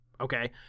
okay